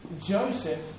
Joseph